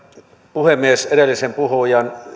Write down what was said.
puhemies edellisen puhujan